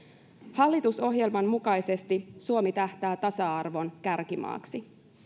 hallitusohjelman mukaisesti suomi tähtää tasa arvon kärkimaaksi